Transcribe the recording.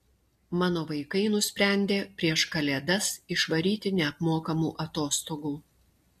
mano vaikai nusprendė prieš kalėdas išvaryti neapmokamų atostogų